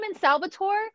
salvatore